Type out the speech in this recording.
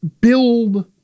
build